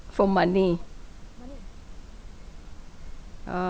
for money uh